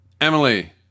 Emily